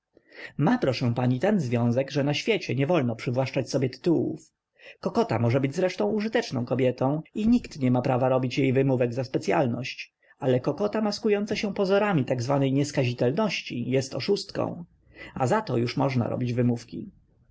ma proszę pani ten związek że na świecie nie wolno przywłaszczać sobie tytułów kokota może być zresztą użyteczną kobietą i nikt nie ma prawa robić jej wymówek za specjalność ale kokota maskująca się pozorami tak zwanej nieskazitelności jest oszustką a za to już można robić wymówki